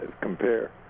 compare